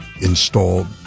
installed